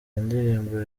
ndirimbo